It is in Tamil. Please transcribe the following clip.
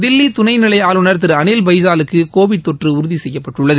தில்லி துணைநிலை ஆளுநர் திரு அனில் பைஜாலுக்கு கோவிட் தொற்று உறுதி செய்யப்பட்டுள்ளது